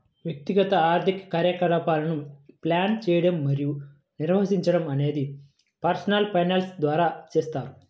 వ్యక్తిగత ఆర్థిక కార్యకలాపాలను ప్లాన్ చేయడం మరియు నిర్వహించడం అనేది పర్సనల్ ఫైనాన్స్ ద్వారా చేస్తారు